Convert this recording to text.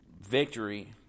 victory